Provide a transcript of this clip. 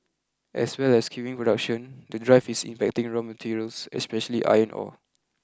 as well as skewing production the drive is impacting raw materials especially iron ore